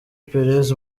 pérez